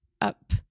up